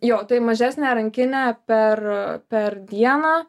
jo mažesnę rankinę per per dieną